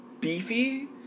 beefy